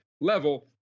level